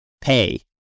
pay